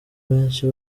benshi